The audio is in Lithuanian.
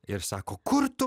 ir sako kur tu